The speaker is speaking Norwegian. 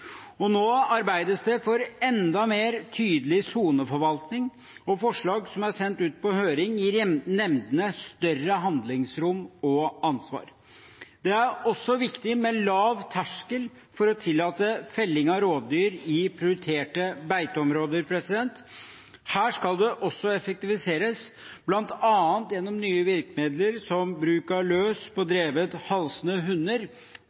høring, gir nemndene større handlingsrom og ansvar. Det er også viktig med en lav terskel for å tillate felling av rovdyr i prioriterte beiteområder. Her skal det også effektiviseres, bl.a. gjennom nye virkemidler, som bruk av løs, på drevet halsende hunder,